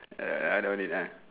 err I don't need ah